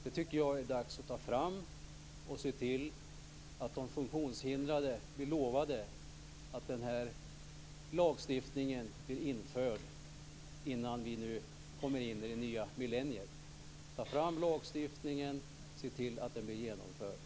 Det tycker jag det är dags att ta fram och se till att de funktionshindrade blir lovade att lagstiftningen blir införd innan vi nu kommer in i det nya milleniet. Ta fram lagstiftningen och se till att den blir genomförd.